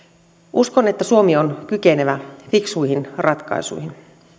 uskon että suomi on kykenevä fiksuihin ratkaisuihin